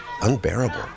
unbearable